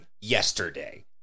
yesterday